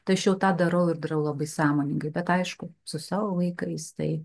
tai aš jau tą darau ir darau labai sąmoningai bet aišku su savo vaikais tai